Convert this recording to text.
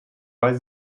weil